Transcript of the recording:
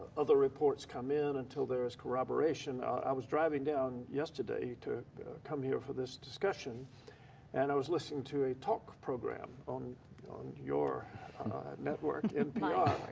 other reports come in, until there's corroboration. i was driving down yesterday to come here for this discussion and i was listening to a talk program on on your network. my